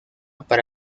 para